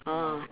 ah